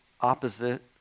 opposite